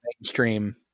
mainstream